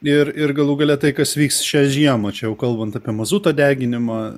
ir ir galų gale tai kas vyks šią žiemą čia jau kalbant apie mazuto deginimą